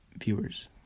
viewers